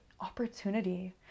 opportunity